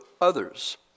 others